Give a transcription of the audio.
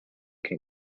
can